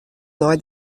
nei